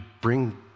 bring